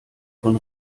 von